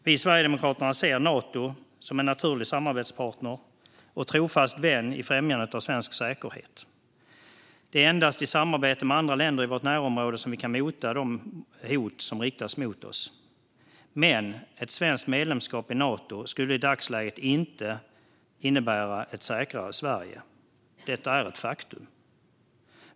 Vi i Sverigedemokraterna ser Nato som en naturlig samarbetspartner och trofast vän i främjandet av svensk säkerhet. Det är endast i samarbete med andra länder i vårt närområde som vi kan mota de hot som riktas emot oss. Men ett svenskt medlemskap i Nato skulle i dagsläget inte innebära ett säkrare Sverige. Detta är ett faktum.